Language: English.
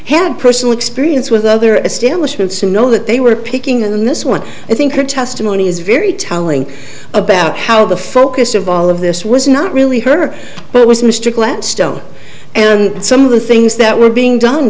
had personal experience with other establishments to know that they were picking in this one i think her testimony is very telling about how the focus of all of this was not really her but it was mr gladstone and some of the things that were being done